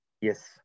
Yes